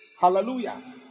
hallelujah